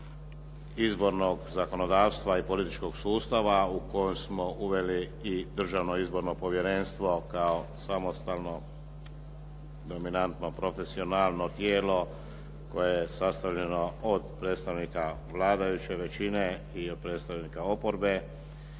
izbornog zakonodavstva i političkog sustava u koje smo uveli i Državno izborno povjerenstvo kao samostalno dominantno, profesionalno tijelo koje je sastavljeno od predstavnika vladajuće većine i od predstavnika oporbe